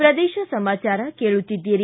ಪ್ರದೇಶ ಸಮಾಚಾರ ಕೇಳುತ್ತೀದ್ದಿರಿ